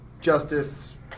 Justice